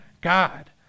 God